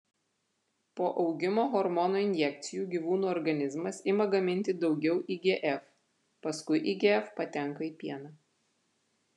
po augimo hormono injekcijų gyvūnų organizmas ima gaminti daugiau igf paskui igf patenka į pieną